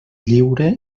lliure